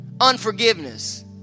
Unforgiveness